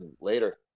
Later